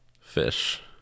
Fish